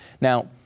Now